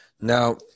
now